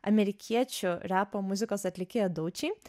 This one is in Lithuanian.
amerikiečių repo muzikos atlikėją dauči